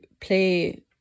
play